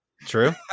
True